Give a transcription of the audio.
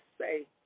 say